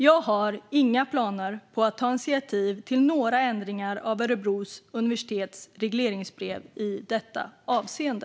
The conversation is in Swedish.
Jag har inga planer på att ta initiativ till några ändringar av Örebro universitets regleringsbrev i detta avseende.